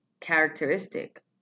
characteristic